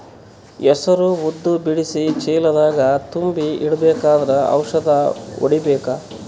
ಹೆಸರು ಉದ್ದ ಬಿಡಿಸಿ ಚೀಲ ದಾಗ್ ತುಂಬಿ ಇಡ್ಬೇಕಾದ್ರ ಔಷದ ಹೊಡಿಬೇಕ?